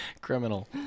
Criminal